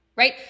right